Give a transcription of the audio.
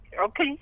Okay